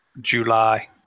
July